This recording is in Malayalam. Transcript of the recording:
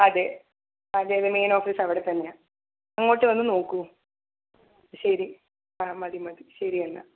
അതെ അതെ അതെ മെയിൻ ഓഫീസവടെത്തന്നെയാണ് അങ്ങോട്ട് വന്ന് നോക്കു ശരി ആ മതി മതി ശരി എന്നാൽ